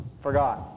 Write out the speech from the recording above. forgot